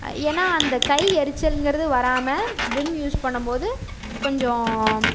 ஏன்னா அந்த கை எரிச்சல்ங்கிறது வராம விம் யூஸ் பண்ணம்போது கொஞ்சம்